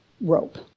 rope